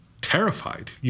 terrified